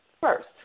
first